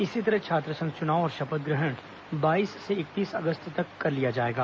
इसी तरह छात्र संघ चुनाव और शपथ ग्रहण बाईस से इकतीस अगस्त तक कर लिया जाएगा